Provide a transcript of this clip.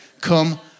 Come